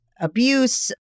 abuse